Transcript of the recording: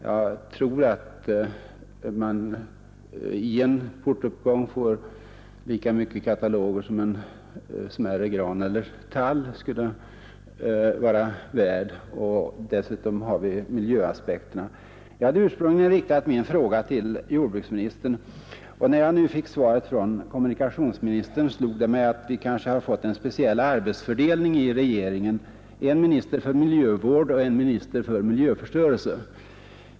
Bara i en enda vanlig portuppgång kan man få så många kataloger, att deras pappersinnehåll motsvarar vad man kan få ut av en gran eller tall. Dessutom bör vi tänka på miljöaspekterna. Jag hade ursprungligen riktat min fråga till jordbruksministern, och när jag nu fick svaret från kommunikationsministern, slog det mig att vi kanske har fått en speciell arbetsfördelning i regeringen: en minister för miljövård och en minister för miljöförstöring.